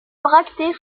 bractées